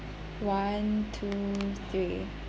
one two three